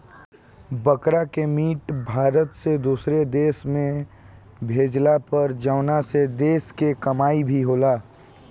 बकरा के मीट भारत से दुसरो देश में भेजाला पर जवना से देश के कमाई भी होला